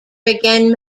again